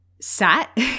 sat